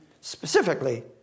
specifically